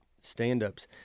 stand-ups